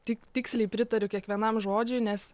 tik tiksliai pritariu kiekvienam žodžiui nes